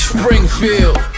Springfield